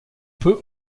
peut